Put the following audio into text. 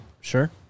sure